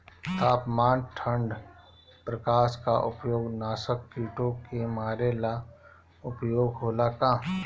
तापमान ठण्ड प्रकास का उपयोग नाशक कीटो के मारे ला उपयोग होला का?